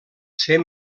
ser